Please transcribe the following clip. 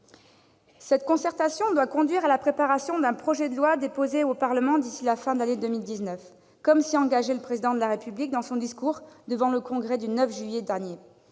Cette concertation doit conduire à la préparation d'un projet de loi, qui sera déposé au Parlement d'ici à la fin de l'année 2019, comme s'y est engagé le Président de la République dans son discours devant le Congrès, le 9 juillet dernier.